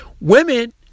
Women